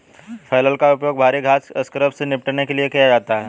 flail का उपयोग भारी घास स्क्रब से निपटने के लिए किया जाता है